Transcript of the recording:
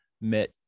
met